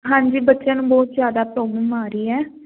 ਹਾਂਜੀ ਬੱਚਿਆਂ ਨੂੰ ਬਹੁਤ ਜਿਆਦਾ ਪ੍ਰੋਬਲਮ ਆ ਰਹੀ ਐ